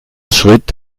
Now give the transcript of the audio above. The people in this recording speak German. schritt